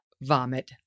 vomit